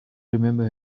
remember